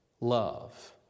love